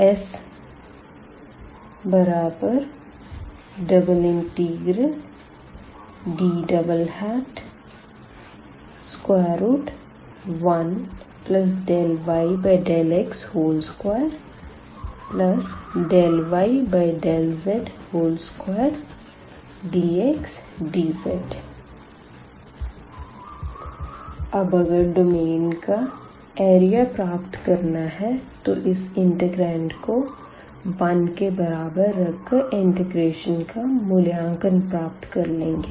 S∬D1∂y∂x2∂y∂z2dxdz अब अगर domain area एरिया प्राप्त करना है तो इस इंटिग्रांड को 1 के बराबर रख कर इंटिगरेशन का मूल्यांकन प्राप्त कर लेंगे